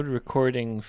recording